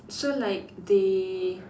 so like they